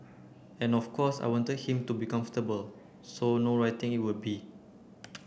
and of course I wanted him to be comfortable so no writing it would be